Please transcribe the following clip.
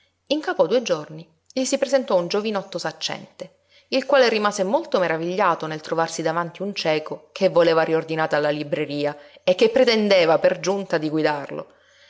in capo a due giorni gli si presentò un giovinotto saccente il quale rimase molto meravigliato nel trovarsi davanti un cieco che voleva riordinata la libreria e che pretendeva per giunta di guidarlo